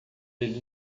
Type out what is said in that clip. ele